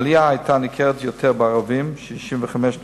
העלייה היתה ניכרת יותר בקרב ערבים 65.5%,